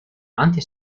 anti